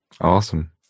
Awesome